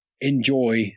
enjoy